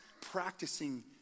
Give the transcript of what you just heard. practicing